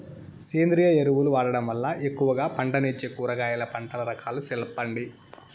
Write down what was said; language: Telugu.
సేంద్రియ ఎరువులు వాడడం వల్ల ఎక్కువగా పంటనిచ్చే కూరగాయల పంటల రకాలు సెప్పండి?